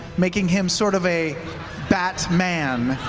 making him sort of a bat man.